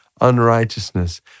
unrighteousness